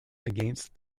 against